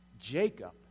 Jacob